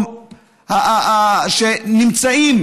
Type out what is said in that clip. שנמצאים